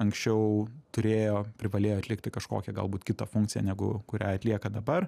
anksčiau turėjo privalėjo atlikti kažkokią galbūt kitą funkciją negu kurią atlieka dabar